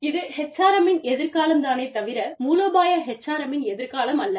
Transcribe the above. இது HRM -இன் எதிர்காலம் தானே தவிர மூலோபாய HRM இன் எதிர்காலம் அல்ல